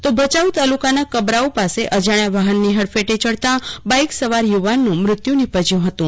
તો ભચાઉ તાલુકાના કબરાઉ પાસે અજાણ્યા વાહનની હડફેટે ચડતા બાઈક સવાર યુવાનનું મૃત્યુ નિપજ્યું હતું